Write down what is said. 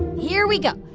here we go.